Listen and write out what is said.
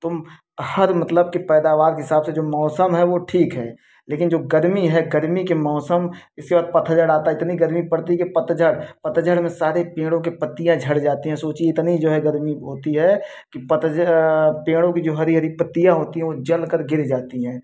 तुम हर मतलब कि पैदावार के हिसाब से जो मौसम है वो ठीक है लेकिन जो गर्मी है गर्मी के मौसम इसके बाद पतझर आता है इतनी गर्मी पड़ती है कि पतझर पतझर में सारी पेंड़ों के पत्तियां झड़ जाती हैं सोचिए इतनी जो है गर्मी होती है कि पतझर पेंड़ों कि जो हरी हरी पत्तियां होती हैं वो जलकर गिर जाती हैं